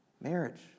marriage